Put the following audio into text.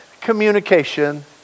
communication